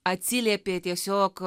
atsiliepė tiesiog